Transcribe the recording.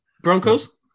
Broncos